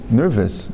nervous